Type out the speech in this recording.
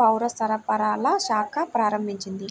పౌరసరఫరాల శాఖ ప్రారంభించింది